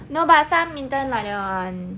no but some intern like that one